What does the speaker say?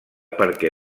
perquè